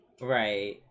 right